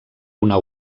una